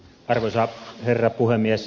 arvoisa herra puhemies